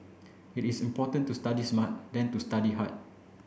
it is important to study smart than to study hard